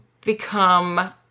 become